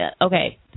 okay